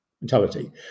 mentality